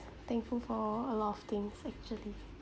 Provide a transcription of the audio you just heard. thankful for a lot of things actually